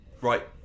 right